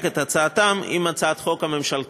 בעתיד את הצעתם עם הצעת החוק הממשלתית,